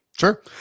Sure